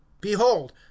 behold